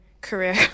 career